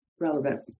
relevant